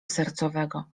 sercowego